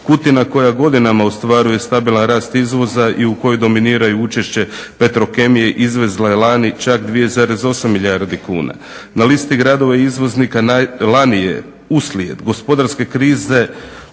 Kutina koja godinama ostvaruje stabilan rast izvoza i u kojoj dominiraju učešće Petrokemije izvezla je lani čak 2,8 milijardi kuna. Na listi gradova izvoznika lani je uslijed gospodarske krize